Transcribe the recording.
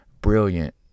brilliant